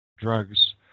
drugs